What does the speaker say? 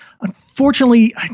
Unfortunately